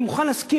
אני מוכן להסכים,